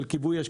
של כיבוי אש,